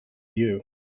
you